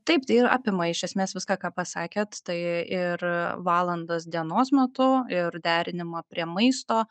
taip tai ir apima iš esmės viską ką pasakėt tai ir valandas dienos metu ir derinimą prie maisto